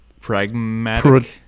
Pragmatic